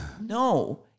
No